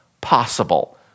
possible